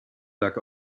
lag